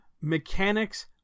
Mechanics